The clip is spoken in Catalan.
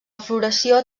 floració